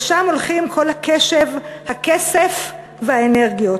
לשם הולכים כל הקשב, הכסף והאנרגיות.